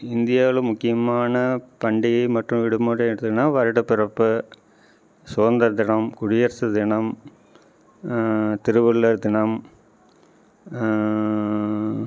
இந்தியாவில் முக்கியமான பண்டிகை மற்றும் விடுமுறை எதுன்னால் வருடப்பிறப்பு சுதந்திர தினம் குடியரசு தினம் திருவள்ளுவர் தினம்